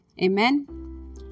Amen